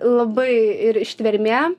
labai ir ištvermė